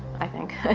i think.